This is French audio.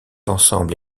ensemble